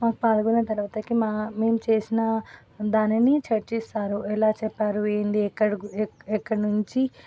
పాల్గొన్న తర్వాత మా మేము చేసిన దానిని చర్చిస్తారు ఎలా చెప్పారు ఏంది ఎక్కడ్నుంచి